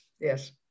yes